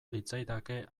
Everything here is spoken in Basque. litzaidake